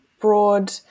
broad